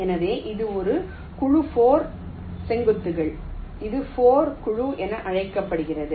எனவே இது ஒரு குழு 4 செங்குத்துகள் இது 4 குழு என அழைக்கப்படுகிறது